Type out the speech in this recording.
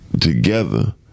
together